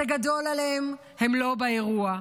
זה גדול עליהם, הם לא באירוע.